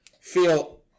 feel